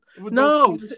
No